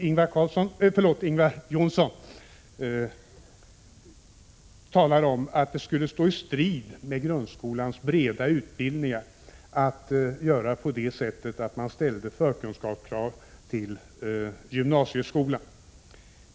Ingvar Johnsson talade om att det skulle stå i strid med grundskolans breda utbildningar att ställa krav på förkunskaper för inträde till gymnasieskolan.